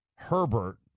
Herbert